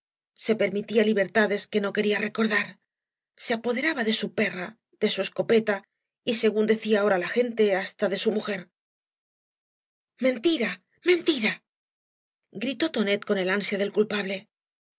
se permitía libertades que no quería recordar se apoderaba de su perra de su escopeta y según decía ahora la gente hasta de su mujer mentira mentira gritó tonet con el ansia del culpable